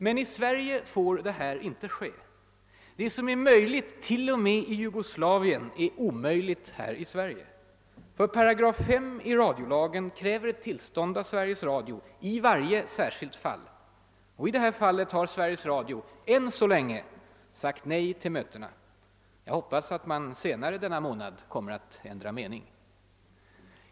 Men i Sverige får detta inte ske. Det som är möjligt t.o.m. i Jugoslavien är omöjligt här i Sverige, ty 5 8 i radiolagen kräver ett tillstånd av Sveriges Radio i varje särskilt fall. Och i det här fallet har Sveriges Radio än så länge sagt nej till mötena. Jag hoppas att man senare under denna månad kommer att ändra mening.